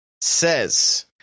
says